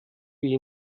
wie